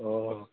ଓଃ